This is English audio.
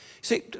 See